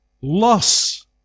loss